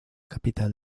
capital